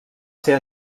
ser